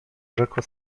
rzekła